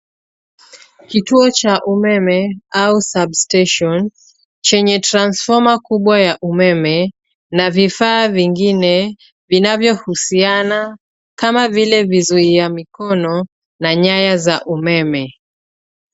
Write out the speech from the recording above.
Kituo cha umeme au substation chenye transfoma kubwa ya umeme na vifaa vingine vinavyohusiana kama vile vizuia mikono na nyaya za umeme.